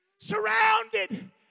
surrounded